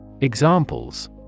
Examples